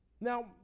Now